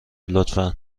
لطفا